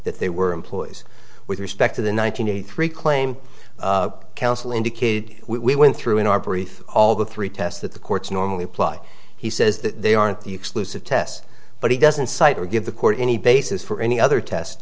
that they were employees with respect to the nine hundred eighty three claim counsel indicated we went through in our brief all the three tests that the courts normally apply he says that they aren't the exclusive test but he doesn't cite or give the court any basis for any other test